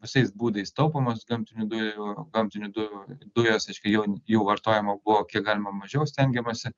visais būdais taupomos gamtinių dujų gamtinių dujų dujos reiškia jau jų vartojama buvo kiek galima mažiau stengiamasi